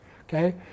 okay